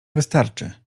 wystarczy